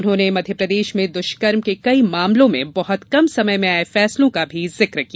उन्होंने मध्यप्रदेश में दुष्कर्म के कई मामलों में बहत कम समय में आये फैसलों का भी जिक किया